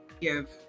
give